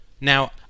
Now